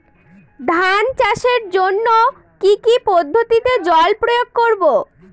ধান চাষের জন্যে কি কী পদ্ধতিতে জল প্রয়োগ করব?